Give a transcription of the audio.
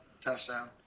touchdown